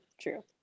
true